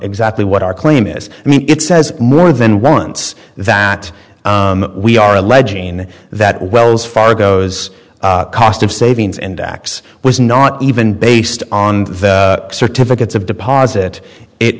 exactly what our claim is i mean it says more than once that we are alleging that wells fargo's cost of savings and x was not even based on the certificates of deposit it